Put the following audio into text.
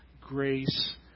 grace